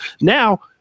now